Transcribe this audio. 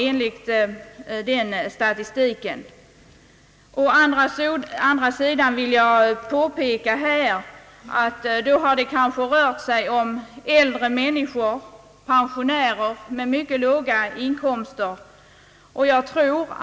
Jag vill emellertid påpeka att det då kanske rört sig om äldre människor, pensionärer med mycket låga inkomster.